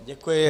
Děkuji.